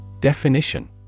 Definition